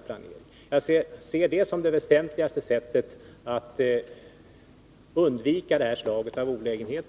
planerna. Jag ser det som det bästa sättet att undvika det här slaget av olägenheter.